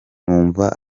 numva